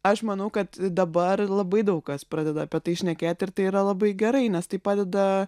aš manau kad dabar labai daug kas pradeda apie tai šnekėti ir tai yra labai gerai nes tai padeda